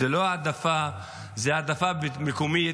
זאת לא העדפה, זאת העדפה מקומית,